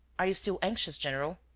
are you still anxious, general?